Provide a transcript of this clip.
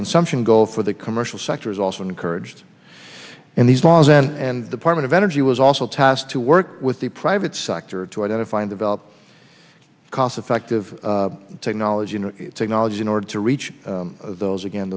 consumption goal for the commercial sector is also encouraged in these laws and department of energy was also tasked to work with the private sector to identify and develop cost effective technology and technology in order to reach those again